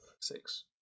six